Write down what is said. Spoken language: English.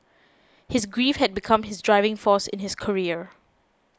his grief had become his driving force in his career